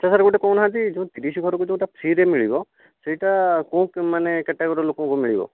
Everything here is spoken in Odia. ଆଚ୍ଛା ସାର୍ ଗୋଟିଏ କହୁନାହାନ୍ତି ଯେଉଁ ତିରିଶ ଘରକୁ ଯେଉଁଟା ଫ୍ରିରେ ମିଳିବ ସେହିଟା କେଉଁ ମାନେ କାଟାଗୋରିର ଲୋକଙ୍କୁ ମିଳିବ